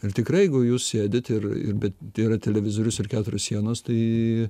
ir tikrai jeigu jūs sėdit ir ir be yra televizorius ir keturios sienos tai